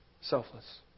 Selfless